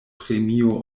premio